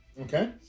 Okay